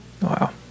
Wow